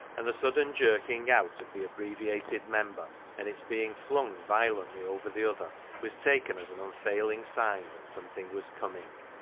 and the sudden jerking out of the abbreviated member and its being flung violently over the other was taken as an un failing sign that something was coming.